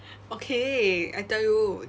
okay I tell you